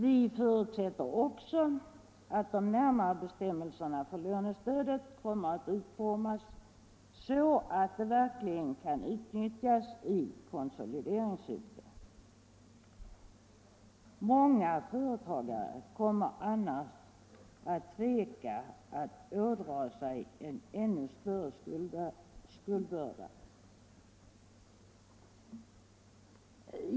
Vi förutsätter också att de närmare bestämmelserna för lånestödet kommer att utformas så att de verkligen kan utnyttjas i konsolideringssyfte. Många företagare kommer annars att tveka att ådra sig en ännu större skuldbörda.